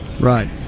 Right